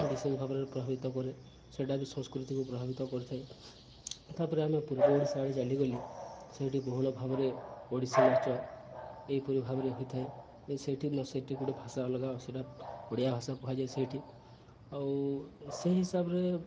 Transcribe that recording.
ବିଶେଷ ଭାବରେ ପ୍ରଭାବିତ କରେ ସେଟା ବି ସଂସ୍କୃତିକୁ ପ୍ରଭାବିତ କରିଥାଏ ତା'ପରେ ଆମେ ପୂର୍ବ ଓଡ଼ିଶା ଆଡ଼େ ଚାାଲିଗଲେ ସେଇଠି ବହୁଳ ଭାବରେ ଓଡ଼ିଶୀ ନାଚ ଏହିପରି ଭାବରେ ହୋଇଥାଏ ସେଇଠି ସେଇଠି ଗୋଟେ ଭାଷା ଅଲଗା ଆଉ ସେଟା ଓଡ଼ିଆ ଭାଷା କୁହାଯାଏ ସେଇଠି ଆଉ ସେଇ ହିସାବରେ